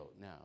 now